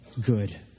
good